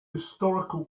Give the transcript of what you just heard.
historical